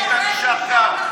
היית נשאר כאן.